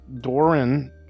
Doran